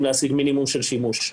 מינימום של שימוש,